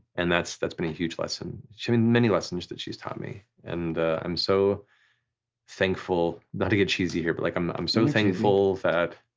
and that's that's been a huge lesson. there's i mean many lessons that she's taught me, and i'm so thankful, not to get cheesy here, but like i'm i'm so thankful that.